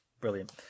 Brilliant